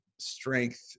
strength